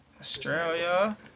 Australia